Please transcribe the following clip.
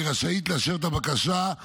והיא רשאית לאשר את הבקשה,